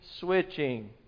switching